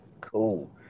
Cool